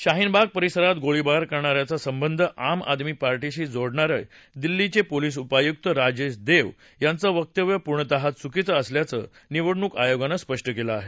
शाहीन बाग परिसरात गोळाबार करणाऱ्याचा संबंध आम आदमी पार्टीशी जोडणारं दिल्लीचे पोलीस उपायुक्त राजेश देव यांचं वक्तव्य पूर्णतः चुकीचं असल्याचं निवडणूक आयोगानं स्पष्ट केलं आहे